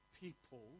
people